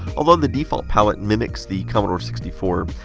although the default palette mimics the commodore sixty four.